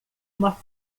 uma